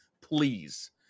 Please